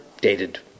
dated